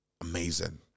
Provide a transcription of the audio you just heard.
amazing